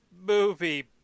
movie